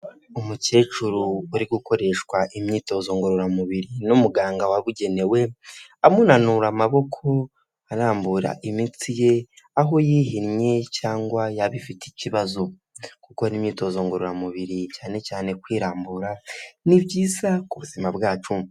Umukecuru uri gukoreshwa imyitozo ngororamubiri n'umuganga wabugenewe, amunanura amaboko arambura imitsi ye aho yihinnye cyangwa yaba ifite ikibazo gukora imyitozo ngororamubiri cyane cyane kwirambura ni byiza ku buzima bwacu.